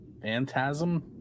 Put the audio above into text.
Phantasm